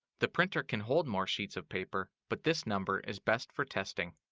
the printer can hold more sheets of paper, but this number is best for testing.